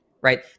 right